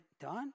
done